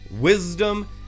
wisdom